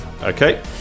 Okay